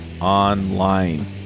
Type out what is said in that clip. online